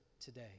today